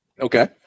Okay